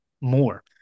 more